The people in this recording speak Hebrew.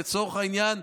לצורך העניין,